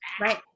right